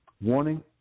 warning